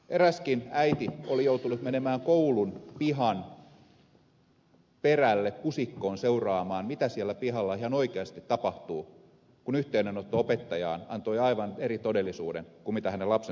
eräskin äiti oli joutunut menemään koulun pihan perälle pusikkoon seuraamaan mitä siellä pihalla ihan oikeasti tapahtuu kun yhteydenotto opettajaan antoi aivan eri todellisuuden kuin hänen lapsensa kertomus